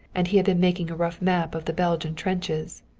and he had been making a rough map of the belgian trenches.